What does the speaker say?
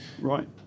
Right